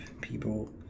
people